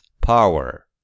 Power